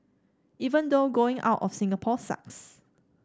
even though going out of Singapore sucks